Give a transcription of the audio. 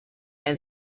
and